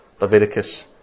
Leviticus